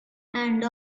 and